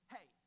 Hey